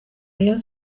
rayon